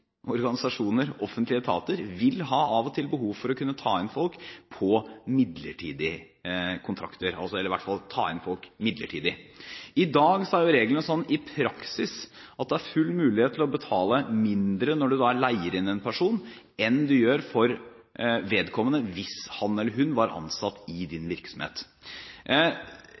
organisasjoner og offentlige etater av og til vil ha behov for å ta inn folk på midlertidige kontrakter, eller i hvert fall å ta inn folk midlertidig. I dag er reglene i praksis sånn at det er fullt mulig å betale mindre når du leier inn en person, enn det du gjør for vedkommende hvis han eller hun hadde vært ansatt i